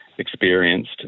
experienced